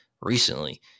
recently